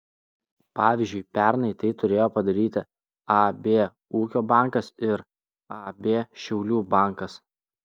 pavyzdžiui pernai tai turėjo padaryti ab ūkio bankas ir ab šiaulių bankas